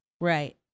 Right